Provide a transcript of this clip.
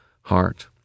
heart